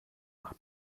nach